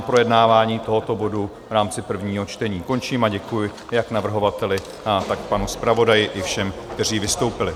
Projednávání tohoto bodu v rámci prvního čtení končím a děkuji jak navrhovateli, tak panu zpravodaji, i všem, kteří vystoupili.